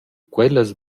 quellas